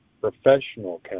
professional